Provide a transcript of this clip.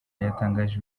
yatangaje